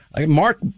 Mark